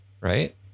right